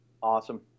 Awesome